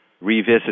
revisit